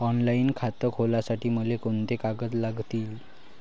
Online खातं खोलासाठी मले कोंते कागद लागतील?